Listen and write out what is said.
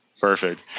Perfect